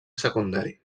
secundari